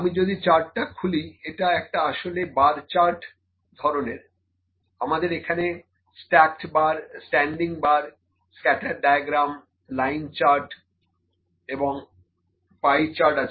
আমি যদি চার্টটা খুলি এটা একটা আসলে বার চার্ট ধরনের আমাদের এখানে stacked bar standing bar scattered diagram line chart এবং পাই চার্ট আছে